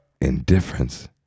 indifference